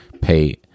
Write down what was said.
pay